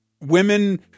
women